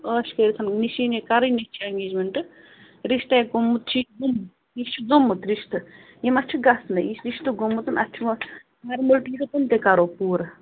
عٲش کٔرِتھ نِشٲنٛۍ ہے کَرٕنۍ ہے چھِ ایٚنگیجمٮ۪نٛٹ رِشتے گوٚمُت چھُ یہِ چھُ گوٚمُت رِشتٕہ یہِ ما چھُ گَژھنَے یہِ چھُ گوٚمُت اَتھ چھُ وۅنۍ فارمیلٹی چھِ تِم تہِ کَرو پوٗرٕ